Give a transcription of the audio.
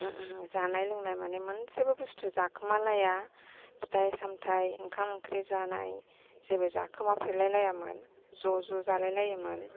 जानाय लोंनाय माने मोनसेबो बुस्थु जाखोमालाया फिथाइ सामथाइ ओंखाम ओंख्रि जानाय जेबो जाखोमाफेरलाय लायामोन ज' ज' जालाय लायोमोन